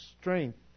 strength